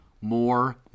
more